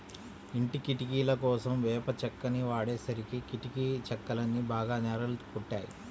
ఇంటి కిటికీలకోసం వేప చెక్కని వాడేసరికి కిటికీ చెక్కలన్నీ బాగా నెర్రలు గొట్టాయి